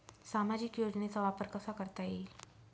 सामाजिक योजनेचा वापर कसा करता येईल?